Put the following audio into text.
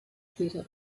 später